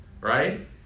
right